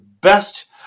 best